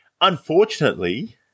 unfortunately